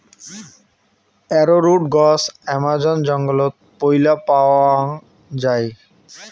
arrowroot গছ Amazon জঙ্গলত পৈলা পাওয়াং যাই